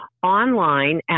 online